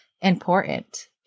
important